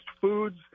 foods